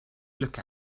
look